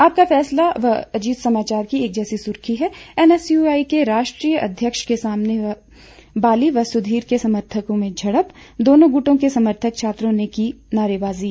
आपका फैसला व अजीत समाचार की एक जैसी सुर्खी है एनएसयूआई के राष्ट्रीय अध्यक्ष के सामने बाली व सुधीर के समर्थकों में झड़प दोनों गुटों के समर्थक छात्रों ने की नारेबाजी